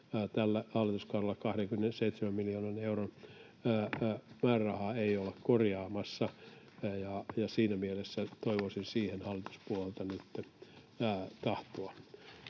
tällä hallituskaudella 27 miljoonan euron määrärahaa ei olla korjaamassa, ja siinä mielessä toivoisin siihen hallituspuolelta nytten